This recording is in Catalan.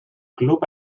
club